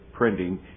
printing